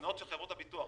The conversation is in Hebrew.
ההונאות של חברות הביטוח.